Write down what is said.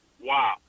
wow